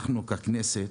אנחנו ככנסת